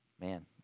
Man